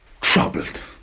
troubled